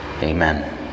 Amen